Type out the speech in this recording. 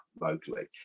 locally